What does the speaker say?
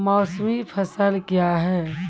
मौसमी फसल क्या हैं?